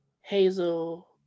hazel